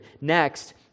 Next